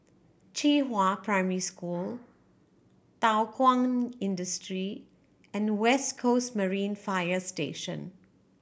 Qihua Primary School Thow Kwang Industry and West Coast Marine Fire Station